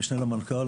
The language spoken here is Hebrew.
המשנה למנכ"ל,